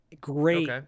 Great